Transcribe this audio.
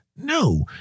No